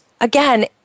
again